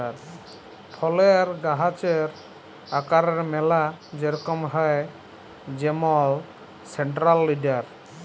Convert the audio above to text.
ফলের গাহাচের আকারের ম্যালা রকম হ্যয় যেমল সেলট্রাল লিডার